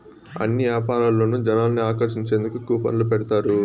అన్ని యాపారాల్లోనూ జనాల్ని ఆకర్షించేందుకు కూపన్లు పెడతారు